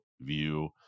View